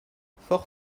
fort